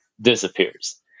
disappears